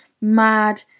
mad